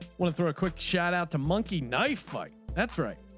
well to throw a quick shout out to monkey knife fight. that's right.